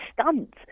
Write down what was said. stunts